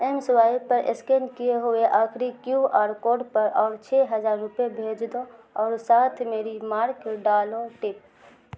M swipe پر scan کیے ہوئے آخری کیو آر کوڈ پر اور چھ ہزار روپئے بھیج دو اور ساتھ میں ریمارک ڈالو ٹپ